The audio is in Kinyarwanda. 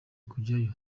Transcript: kujyayo